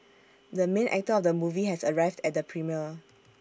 the main actor of the movie has arrived at the premiere